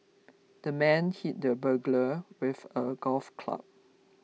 the man hit the burglar with a golf club